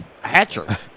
Hatcher